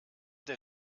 der